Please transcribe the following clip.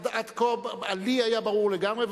עד כה לא היה ברור לגמרי,